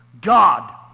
God